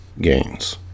gains